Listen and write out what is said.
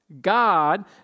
God